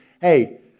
hey